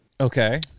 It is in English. Okay